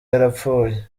yarapfuye